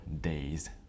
day's